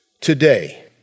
today